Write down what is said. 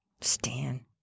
Stan